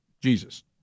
Jesus